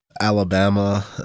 Alabama